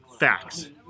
facts